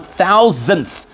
thousandth